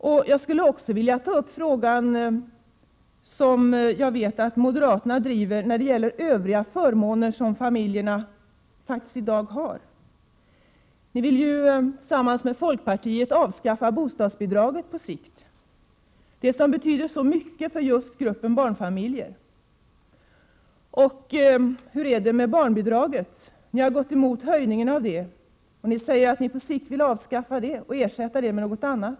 Sedan skulle jag vilja ta upp en annan fråga, som jag vet att moderaterna driver. Det gäller de övriga förmåner som familjerna i dag faktiskt har. Ni vill ju tillsammans med folkpartiet på sikt avskaffa bostadsbidraget. Men detta bidrag betyder väldigt mycket för just gruppen barnfamiljer. Och hur är det med barnbidraget? Ni har gått emot höjningen av barnbidraget och säger att ni på sikt vill avskaffa detta bidrag och ersätta det med någonting annat.